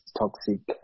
toxic